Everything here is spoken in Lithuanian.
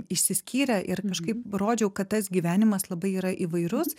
išsiskyrę ir kažkaip rodžiau kad tas gyvenimas labai yra įvairus